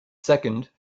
second